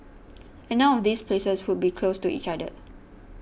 and none of these places would be close to each other